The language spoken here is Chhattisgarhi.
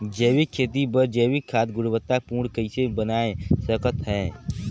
जैविक खेती बर जैविक खाद गुणवत्ता पूर्ण कइसे बनाय सकत हैं?